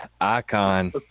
icon